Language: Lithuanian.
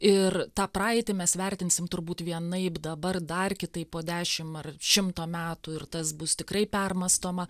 ir tą praeitį mes vertinsim turbūt vienaip dabar dar kitaip po dešim ar šimto metų ir tas bus tikrai permąstoma